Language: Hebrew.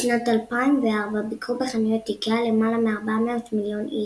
בשנת 2004 ביקרו בחנויות איקאה למעלה מ-400 מיליון איש,